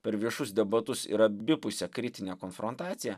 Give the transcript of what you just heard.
per viešus debatus ir abipusę kritinę konfrontaciją